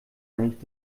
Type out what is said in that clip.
nicht